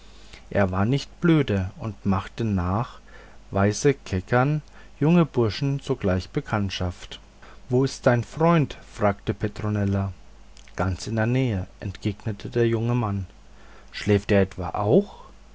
er war nicht blöde und machte nach weise kecker junger burschen sogleich bekanntschaft wo ist dein freund fragte petronella ganz in der nähe entgegnete der junge mann schläft er etwa auch